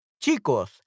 Chicos